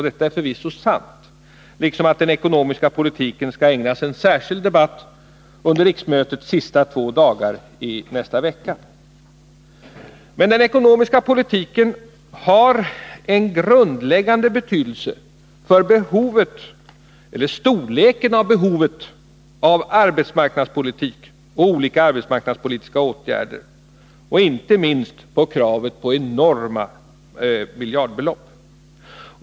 Detta är förvisso sant, liksom att den ekonomiska politiken skall ägnas en särskild debatt under riksmötets sista två dagar i nästa vecka. Men den ekonomiska politiken har en grundläggande betydelse för storleken av behovet av arbetsmarknadspolitik och olika arbetsmarknadspolitiska åtgärder och inte minst för kravet på enorma miljardbelopp.